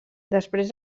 després